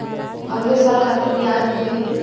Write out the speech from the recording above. अगले साल खातिर बियाज निकली